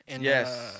Yes